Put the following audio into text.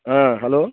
হ্যাঁ হ্যালো